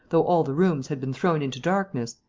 though all the rooms had been thrown into darkness,